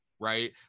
right